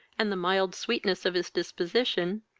and the mild sweetness of his disposition,